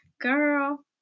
Girl